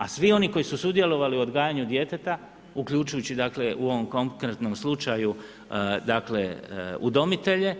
A svi oni koji su sudjelovali u odgajanju djeteta uključujući u ovom konkretnom slučaju udomitelje,